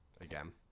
again